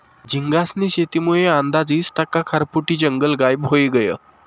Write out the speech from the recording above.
झींगास्नी शेतीमुये आंदाज ईस टक्का खारफुटी जंगल गायब व्हयी गयं